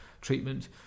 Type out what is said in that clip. treatment